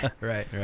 right